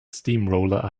steamroller